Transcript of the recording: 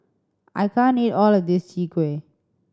I can't eat all of this Chwee Kueh